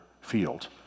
field